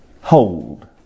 hold